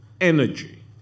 energy